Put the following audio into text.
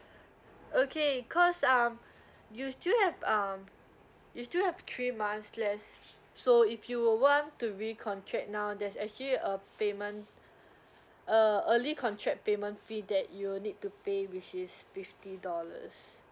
okay cause um you still have um you still have three months left so if you would want to recontract now there's actually a payment uh early contract payment fee that you'll need to pay which is fifty dollars